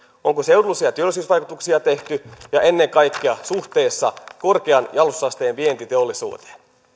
onko seudullisia työllisyysvaikutuksia tehty ja ennen kaikkea suhteessa korkean jalostusasteen vientiteollisuuteen